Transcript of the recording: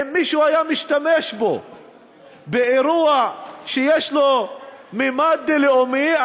אם מישהו היה משתמש בו באירוע שיש לו ממד לאומי,